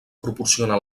proporciona